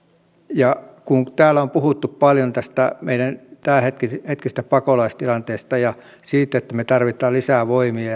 ja kun täällä on puhuttu paljon tästä meidän tämänhetkisestä pakolaistilanteesta ja siitä että me tarvitsemme lisävoimia